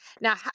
Now